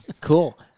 Cool